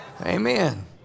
Amen